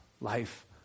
life